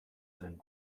zen